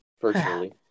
virtually